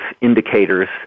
indicators